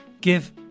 give